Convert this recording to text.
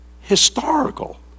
historical